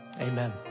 Amen